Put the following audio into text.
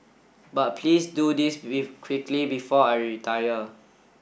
but please do this quickly before I retire